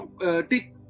tick